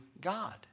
God